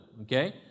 okay